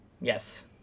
Yes